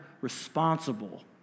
responsible